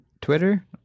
Twitter